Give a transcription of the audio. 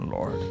Lord